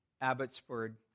Abbotsford